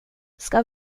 ska